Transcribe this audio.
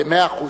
במאה אחוז.